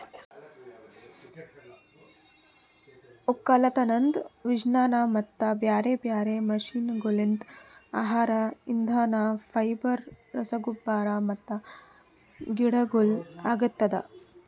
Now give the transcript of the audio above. ಒಕ್ಕಲತನದ್ ವಿಜ್ಞಾನ ಮತ್ತ ಬ್ಯಾರೆ ಬ್ಯಾರೆ ಮಷೀನಗೊಳ್ಲಿಂತ್ ಆಹಾರ, ಇಂಧನ, ಫೈಬರ್, ರಸಗೊಬ್ಬರ ಮತ್ತ ಗಿಡಗೊಳ್ ಆಗ್ತದ